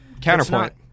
counterpoint